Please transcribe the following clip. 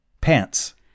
Pants